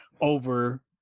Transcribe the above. over